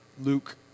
Luke